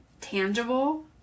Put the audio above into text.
tangible